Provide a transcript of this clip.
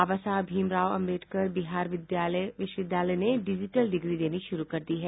बाबा साहेब भीमराव अम्बेडकर बिहार विश्वविद्यालय ने digital degree देनी शुरू कर दी है